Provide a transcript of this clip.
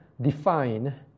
define